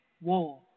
war